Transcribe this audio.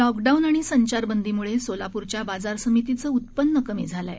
lockdown आणि संचारबंदीमुळं सोलाप्रच्या बाजारसमितीचं उत्पन्न कमी झालं आहे